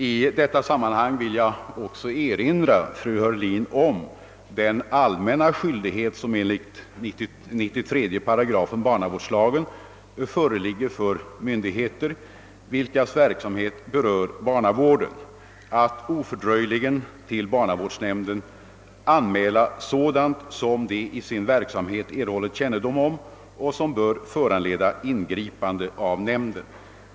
I detta sammanhang vill jag erinra fru Heurlin om den allmänna skyldighet som enligt 93 § barnavårdslagen föreligger för myndigheter, vilkas verksamhet berör barnavården, att ofördröjligen till barnavårdsnämnden anmäla sådant som de i sin verksamhet erhållit kännedom om och som bör föranleda ingripande av nämnden.